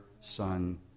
Son